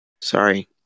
Sorry